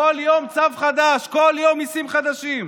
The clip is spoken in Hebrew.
כל יום צו חדש, כל יום מיסים חדשים.